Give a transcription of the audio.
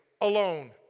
alone